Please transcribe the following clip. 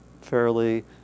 Fairly